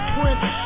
Prince